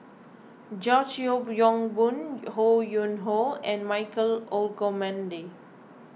George Yeo Yong Boon Ho Yuen Hoe and Michael Olcomendy